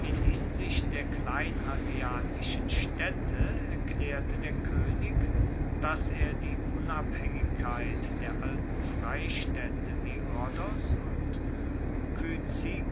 in hinsicht der kleinasiatischen staedte erklaerte der koenig dass er die unabhaengigkeit der alten freistaedte wie rhodos und